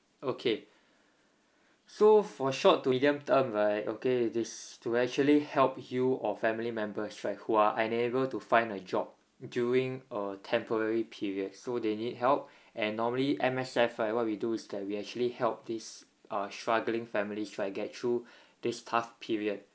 okay so for short to medium term right okay this to actually help you or family members right who are unable to find a job during uh temporary period so they need help and normally M_S_F right what we do is that we actually help these uh struggling families right get through this tough period